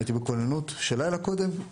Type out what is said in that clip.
הייתי בכוננות שלילה קודם גם